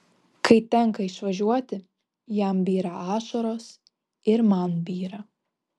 kai tenka išvažiuoti jam byra ašaros ir man byra